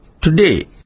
Today